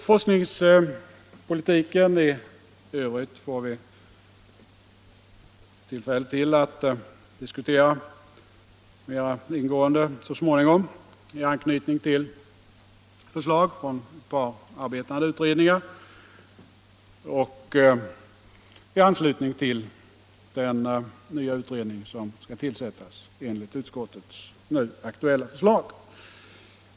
Forskningspolitiken i övrigt får vi tillfälle att diskutera mer ingående så småningom i anknytning till förslag från ett par arbetande utredningar och i anslutning till den nya utredning som skall tillsättas enligt utskottets nu aktuella förslag.